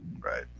right